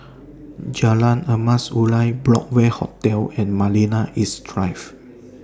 Jalan Emas Urai Broadway Hotel and Marina East Drive